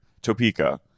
Topeka